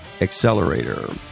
accelerator